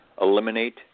eliminate